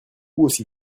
aussi